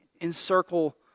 encircle